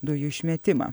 dujų išmetimą